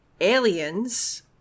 Aliens